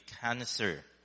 cancer